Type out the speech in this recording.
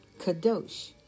Kadosh